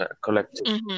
collective